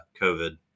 COVID